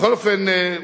בכל אופן,